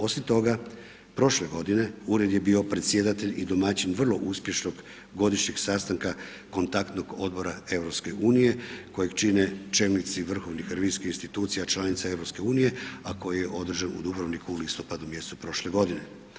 Osim toga, prošle godine ured je bio predsjedatelj i domaćin vrlo uspješnog godišnjeg sastanka kontaktnog odbora EU kojeg čine čelnici vrhovnih revizijskih institucija članica EU, a koji je održan u Dubrovniku u listopadu mjesecu prošle godine.